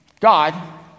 God